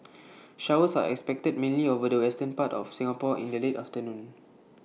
showers are expected mainly over the western part of Singapore in the late afternoon